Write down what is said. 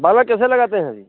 पालक कैसे लगाते हैं अभी